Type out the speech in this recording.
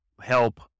help